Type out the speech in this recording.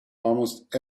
almost